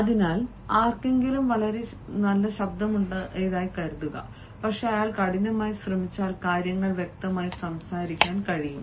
അതിനാൽ ആർക്കെങ്കിലും വളരെ ശബ്ദമുണ്ടായതായി കരുതുക പക്ഷേ അയാൾ കഠിനമായി ശ്രമിച്ചാൽ കാര്യങ്ങൾ വ്യക്തമായി സംസാരിക്കാൻ കഴിയും